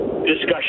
discussion